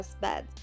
bed